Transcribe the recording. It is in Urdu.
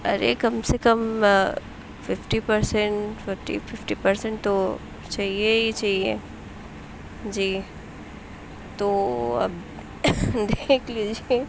ارے کم سے کم fifty percent forty fifty percent تو چاہیے ہی چاہیے جی تو اب دیکھ لیجیے